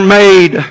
made